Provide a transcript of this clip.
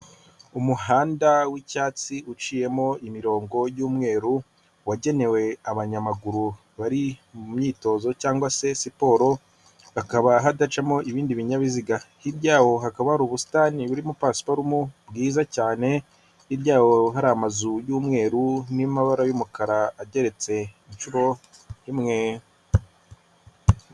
Umuhanda w'icyatsi uciyemo imirongo y'umweru, wagenewe abanyamaguru bari mu myitozo cyangwa se siporo, hakaba hadacamo ibindi binyabiziga. Hirya yawo hakaba hari ubusitani burimo pasiparumu bwiza cyane, hirya yawo hakaba hari amazu y'umweru n'amabara y'umukara, ageretse inshuro imwe.